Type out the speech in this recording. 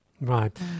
right